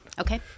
Okay